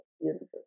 universe